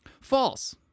false